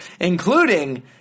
including